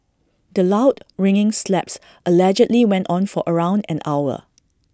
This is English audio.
the loud ringing slaps allegedly went on for around an hour